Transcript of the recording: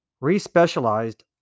re-specialized